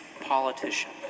politician